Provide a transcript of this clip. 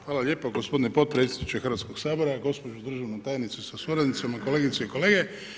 Hvala lijepo gospodine potpredsjedniče Hrvatskog sabora, gospođo državna tajnice sa suradnicima, kolegice i kolege.